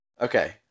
Okay